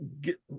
get